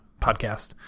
podcast